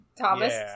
Thomas